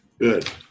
Good